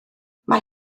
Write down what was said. mae